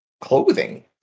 clothing